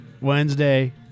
Wednesday